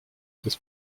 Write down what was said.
this